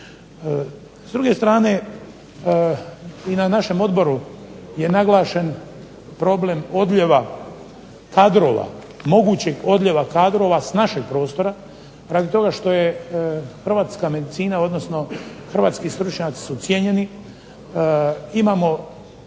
S druge strane i na našem odboru je naglašen problem odljeva kadrova, mogućeg odljeva kadrova s našeg prostora, radi toga što je hrvatska medicina, odnosno hrvatski stručnjaci su cijenjeni, imamo